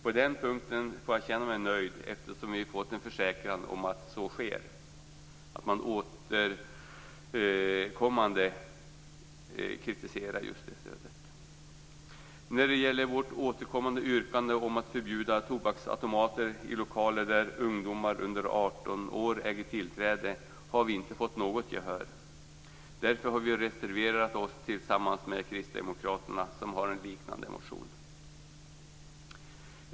På den punkten får jag känna mig nöjd, eftersom vi har fått en försäkran om att så sker. När det gäller vårt återkommande yrkande om att förbjuda tobaksautomater i lokaler där ungdomar under 18 år har tillträde har vi inte fått något gehör. Därför har vi reserverat oss tillsammans med Kristdemokraterna, som har en liknande motion.